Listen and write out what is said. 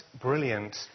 brilliant